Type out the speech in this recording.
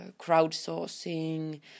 crowdsourcing